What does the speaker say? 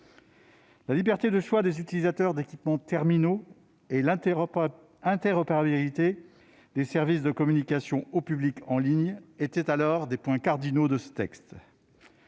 la liberté de choix des utilisateurs d'équipements terminaux et l'interopérabilité des services de communication au public en ligne étaient alors des points cardinaux de ce texte.